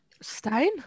Stein